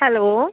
hello